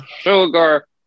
sugar